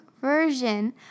version